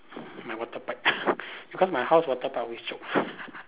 my water pipe because my house water pipe always choke